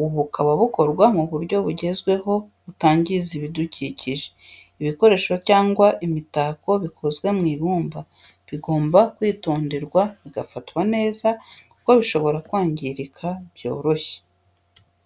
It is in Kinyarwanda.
ubu bukaba bukorwa mu buryo bugezweho butangiza ibidukikije, ibikoresho cyangwa se imitako bikozwe mu ibumba bigomba kwitonderwa bigafatwa neza kuko bishobora kwangirika byoroshye.